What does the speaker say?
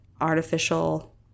artificial